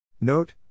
Note